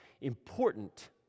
important